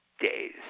days